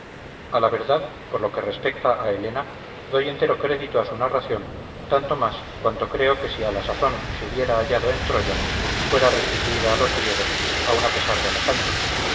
a la verdad por lo que respecta a helena doy entero crédito a su narración tanto más cuanto creo que si a la sazón se hubiera hallado en troya fuera restituida a los griegos aun a pesar de alejandro